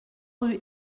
rue